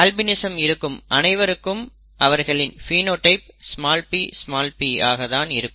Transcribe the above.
albinism இருக்கும் அனைவருக்கும் அவர்களின் பினோடைப் pp ஆக தான் இருக்கும்